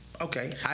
Okay